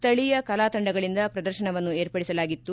ಸ್ಥಳೀಯ ಕಲಾ ತಂಡಗಳಿಂದ ಪ್ರದರ್ಶವನ್ನು ವಿರ್ಪಡಿಸಲಾಗಿತ್ತು